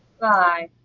Bye